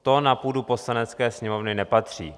To na půdu Poslanecké sněmovny nepatří.